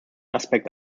aspekt